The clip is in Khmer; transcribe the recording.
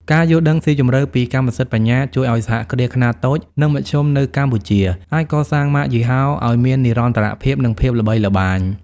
ការយល់ដឹងស៊ីជម្រៅពីកម្មសិទ្ធិបញ្ញា ជួយឱ្យសហគ្រាសខ្នាតតូច និងមធ្យមនៅកម្ពុជា អាចកសាងម៉ាកយីហោឱ្យមាននិរន្តរភាព និងភាពល្បីល្បាញ។